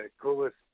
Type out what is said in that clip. coolest